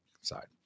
side